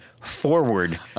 forward